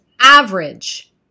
average